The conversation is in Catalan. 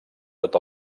tot